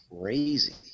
crazy